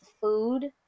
food